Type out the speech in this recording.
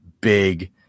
big